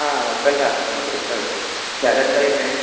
ആ കുഴപ്പമില്ല നമുക്ക് ഇത് ഇപ്പം വില എന്താണ് വരുന്നത്